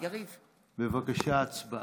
בבקשה, הצבעה.